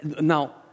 Now